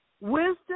Wisdom